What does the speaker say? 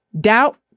doubt